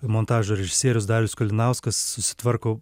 montažo režisierius darius kalinauskas susitvarko